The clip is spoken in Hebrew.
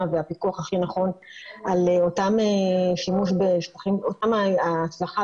והפיקוח הכי נכון על אותו ה- -- בשטחים פתוחים.